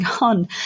on